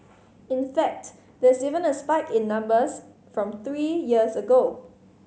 in fact there's even a spike in numbers from three years ago